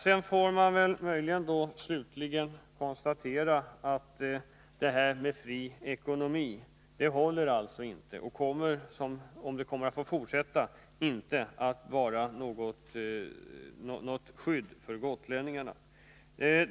Sedan vill jag slutligen konstatera att det här med fri ekonomi inte håller. Och om detta system får fortsätta kommer det inte att ge något skydd för gotlänningarna.